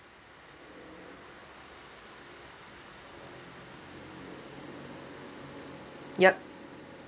yup